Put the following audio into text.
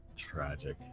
tragic